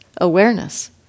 awareness